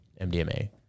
MDMA